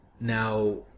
Now